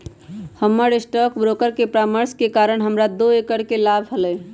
हमर stock broker के परामर्श के कारण हमरा दो करोड़ के लाभ होलय